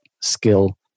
skill